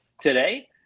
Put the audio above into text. today